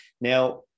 Now